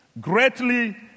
greatly